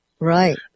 Right